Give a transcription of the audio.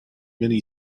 many